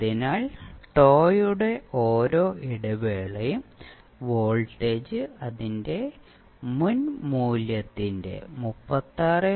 അതിനാൽ τ യുടെ ഓരോ ഇടവേളയും വോൾട്ടേജ് അതിന്റെ മുൻ മൂല്യത്തിന്റെ 36